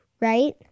right